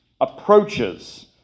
Approaches